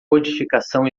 codificação